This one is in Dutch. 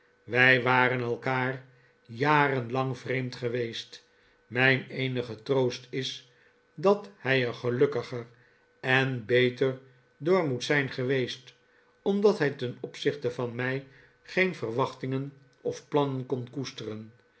wij waren elkaar jarenlang vreemd geweest mijn eenige troost is dat hij er gelukkiger en beter door moet zijn geweest omdat hij ten opzichte van mij geen verwachtingen of plannen kon koesteren